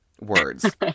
Words